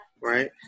right